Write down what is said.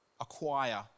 Acquire